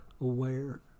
aware